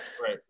right